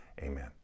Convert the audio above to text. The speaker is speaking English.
Amen